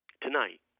Tonight